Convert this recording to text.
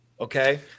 okay